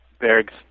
Berg's